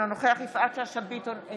אינו נוכח יפעת שאשא ביטון,